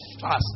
fast